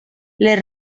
les